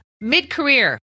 Mid-career